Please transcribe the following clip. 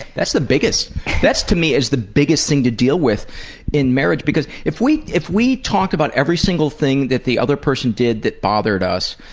that's the biggest that to me is the biggest thing to deal with in marriage because if we if we talk about every single thing that the other person did that bothered us,